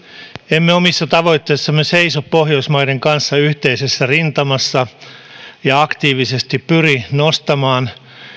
emme omissa tavoitteissamme seiso pohjoismaiden kanssa yhteisessä rintamassa ja aktiivisesti pyri nostamaan